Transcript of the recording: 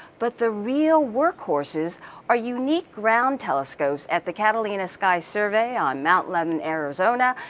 but the real workhorses are unique ground telescopes at the catalina sky survey on mount lemmon, arizona,